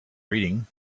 reading